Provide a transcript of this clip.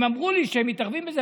הם אמרו לי שהם מתערבים בזה,